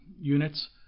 units